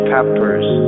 Peppers